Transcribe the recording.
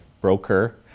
broker